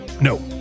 No